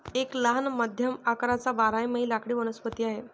एक लहान मध्यम आकाराचा बारमाही लाकडी वनस्पती आहे